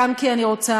גם כי אני רוצה